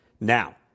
Now